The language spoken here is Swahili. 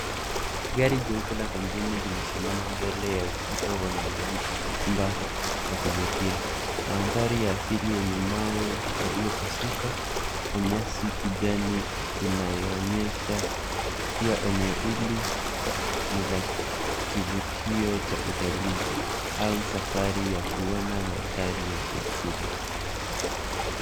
Gari jeupe la kampuni limesimama mbele ya ukuta wa miamba ya kuvutia. Mandhari ya asili yenye mawe yaliyopasuka na nyasi kijani inayoonyesha kuwa eneo hili ni la kivuito cha utalii au safari ya kuona mandhari ya kiasli.